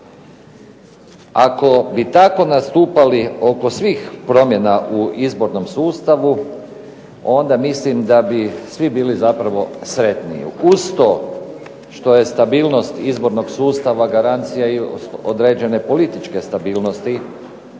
Ako bi tako nastupali oko svih promjena u izbornom sustavu onda mislim da bi svi bili zapravo sretniji. Uz to što je stabilnost izbornog sustava garancija i određene političke stabilnosti,